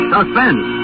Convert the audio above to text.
Suspense